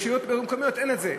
ברשויות מקומיות אין את זה.